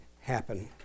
happen